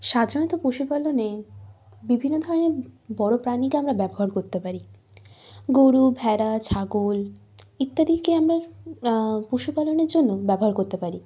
সাধারণত পশুপালনে বিভিন্ন ধরনের বড় প্রাণীকে আমরা ব্যবহার করতে পারি গোরু ভেড়া ছাগল ইত্যাদিকে আমরা পশুপালনের জন্য ব্যবহার করতে পারি